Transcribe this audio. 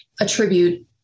attribute